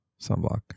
Sunblock